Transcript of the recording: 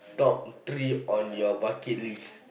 top three on your bucket list